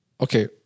okay